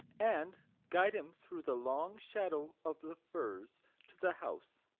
and guide him through the long shadow of the firs to the house.